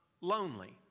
lonely